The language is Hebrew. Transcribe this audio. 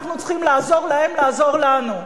אנחנו צריכים לעזור להם לעזור לנו.